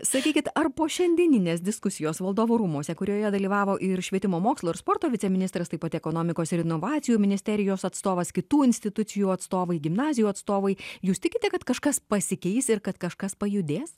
sakykit ar po šiandieninės diskusijos valdovų rūmuose kurioje dalyvavo ir švietimo mokslo ir sporto viceministras taip pat ekonomikos ir inovacijų ministerijos atstovas kitų institucijų atstovai gimnazijų atstovai jūs tikite kad kažkas pasikeis ir kad kažkas pajudės